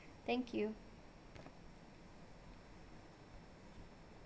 thank you